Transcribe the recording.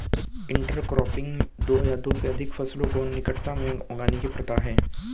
intercropping दो या दो से अधिक फसलों को निकटता में उगाने की प्रथा है